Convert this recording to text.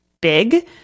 big